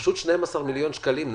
זה פשוט 12 מיליון שקלים.